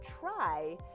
try